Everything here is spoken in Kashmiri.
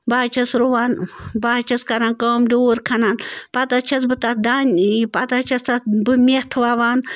بہٕ حظ چھَس رُوان بہٕ حظ چھَس کَران کٲم ڈوٗر کھنان پتہٕ حظ چھَس بہٕ تَتھ دانہِ پتہٕ حظ چھَس تَتھ بہٕ مٮ۪تھ وَوان